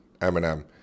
Eminem